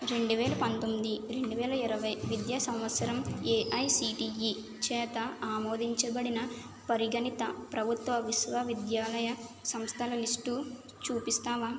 రెండు వేల పంతొమ్మిది రెండు వేల ఇరవై విద్యా సంవత్సరం ఏఐసిటిఈ చేత ఆమోదించబడిన పరిగణిత ప్రభుత్వ విశ్వవిద్యాలయ సంస్థల లిస్టు చూపిస్తావా